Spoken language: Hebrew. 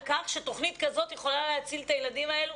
כך שתוכנית כזאת יכולה להציל את הילדים האלו